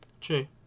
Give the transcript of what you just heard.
True